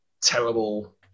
terrible